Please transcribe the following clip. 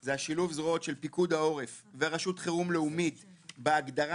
זה שילוב הזרועות של פיקוד העורף ורשות חירום לאומית בהגדרה